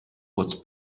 was